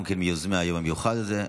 גם כן מיוזמי היום המיוחד הזה,